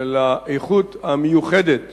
לאיכות המיוחדת